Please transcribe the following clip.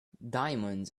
diamonds